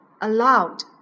aloud